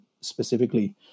specifically